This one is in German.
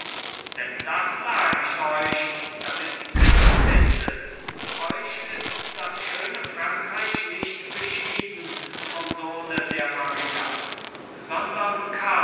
denn das sag ich euch damit ihrs wisset euch ist das schöne frankreich nicht beschieden vom sohne der maria sondern